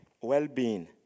well-being